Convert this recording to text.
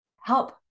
help